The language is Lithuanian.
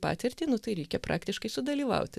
patirtį nu tai reikia praktiškai sudalyvauti